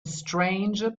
stranger